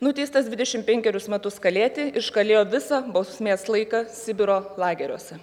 nuteistas dvidešimt penkerius metus kalėti iškalėjo visą bausmės laiką sibiro lageriuose